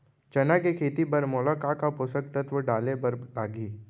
चना के खेती बर मोला का का पोसक तत्व डाले बर लागही?